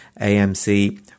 AMC